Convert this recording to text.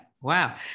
Wow